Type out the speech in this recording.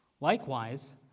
Likewise